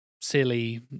silly